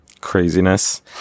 craziness